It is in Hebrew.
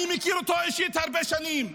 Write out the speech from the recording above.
אני מכיר אותו אישית הרבה שנים,